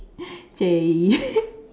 J